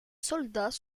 soldats